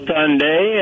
Sunday